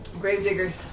Gravediggers